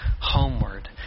homeward